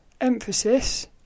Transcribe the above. emphasis